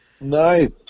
nice